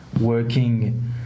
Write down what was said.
working